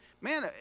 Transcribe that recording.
man